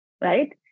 right